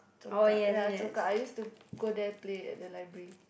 Congkak ya Congkak I used to go there play at the library